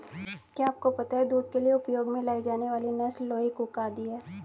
क्या आपको पता है दूध के लिए उपयोग में लाई जाने वाली नस्ल लोही, कूका आदि है?